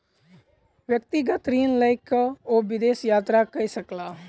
व्यक्तिगत ऋण लय के ओ विदेश यात्रा कय सकला